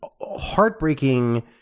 heartbreaking